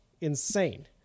insane